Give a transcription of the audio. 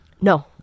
No